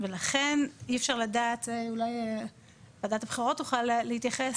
ולכן אי אפשר לדעת זה אולי וועדת הבחירות תוכל להתייחס,